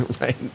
Right